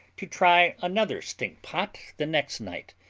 to try another stink-pot the next night,